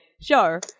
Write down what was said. sure